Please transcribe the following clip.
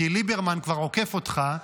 כי ליברמן כבר עוקף אותך,